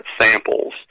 samples